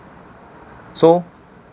so